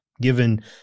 given